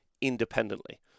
independently